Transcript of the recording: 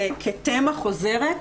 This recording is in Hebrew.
כתמה חוזרת.